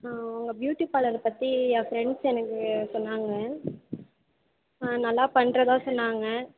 உங்கள் பியூட்டி பார்லரை பற்றி என் ஃப்ரெண்ட்ஸ் எனக்கு சொன்னாங்க நல்லா பண்ணுறதா சொன்னாங்க